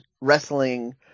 wrestling